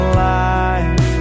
life